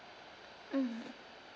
mm